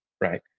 right